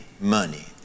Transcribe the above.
money